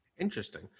Interesting